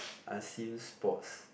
I've seen sports